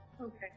okay